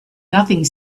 nothing